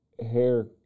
hair